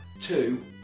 Two